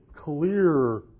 clear